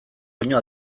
baino